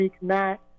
Matt